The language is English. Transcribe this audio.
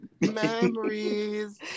Memories